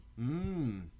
Mmm